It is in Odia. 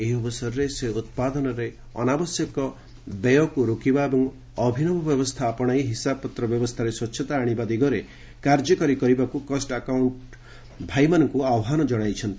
ଏହି ଅବସରରେ ସେ ଉତ୍ପାଦନରେ ଅନାବଶ୍ୟକ ବ୍ୟୟକୁ ରୋକିବା ଏବଂ ଅଭିନବ ବ୍ୟବସ୍ଥା ଆପଣାଇ ହିସାବପତ୍ର ବ୍ୟବସ୍ଥାରେ ସ୍ୱଚ୍ଛତା ଆଶିବା ଦିଗରେ କାର୍ଯ୍ୟକାରୀ କରିବାକୁ କଷ୍ଟ୍ ଆକାଉଣ୍ଟମାନଙ୍କୁ ଆହ୍ପାନ ଜଣାଇଛନ୍ତି